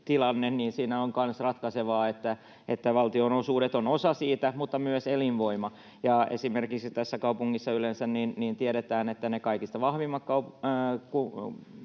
ja siinä on kanssa ratkaisevaa se, että valtionosuudet ovat osa sitä, mutta myös elinvoima. Esimerkiksi tässä kaupungissa tiedetään, että yleensä ne kaikista vahvimmat